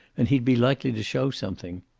and he'd be likely to show something.